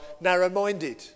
narrow-minded